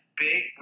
big